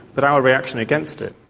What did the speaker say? but our reaction against it.